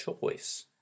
choice